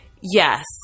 yes